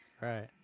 Right